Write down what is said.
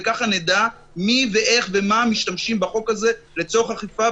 וככה נדע מי ואיך ומה משתמשים בחוק הזה לצורך אכיפה.